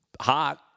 hot